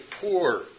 poor